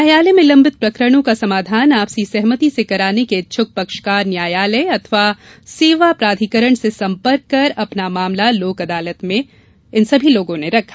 न्यायालय में लम्बित प्रकरणों का समाधान आपसी सहमति से कराने के इच्छुक पक्षकार न्यायालय अथवा सेवा प्राधिकरण से सम्पर्क कर अपना मामला लोक अदालत में रखा